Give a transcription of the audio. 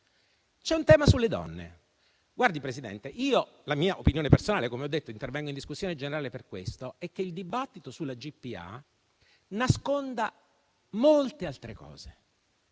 C'è un tema sulle donne. Signor Presidente, la mia opinione personale - come ho detto, intervengo in discussione generale per questo - è che il dibattito sulla GPA nasconda molte altre cose.